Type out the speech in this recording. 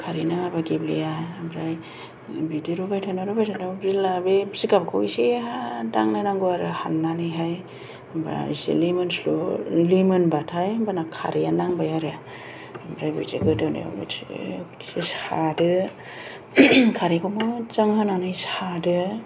खारै नाङाबा गेब्लेया ओमफ्राय बिदि रुबाय थानाय रुबाय थानायाव जेब्ला बे जिगाबखौ एसे दांनायनांगौ आरो हाननानैहाय होनबा इसे लिमोनस्लु लिमोनबाथाय होनबाना खारैया नांबाय आरो ओमफ्राय बिदि गोदौनायाव थिगसे सादो खारैखौ मोजां होनानै सादो